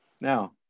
Now